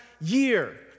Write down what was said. year